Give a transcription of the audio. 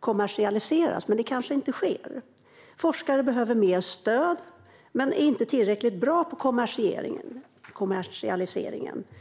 kommersialisera många nya innovationer. Men det kanske inte sker. Forskare som inte är tillräckligt bra på kommersialisering behöver mer stöd.